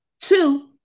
Two